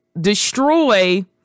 destroy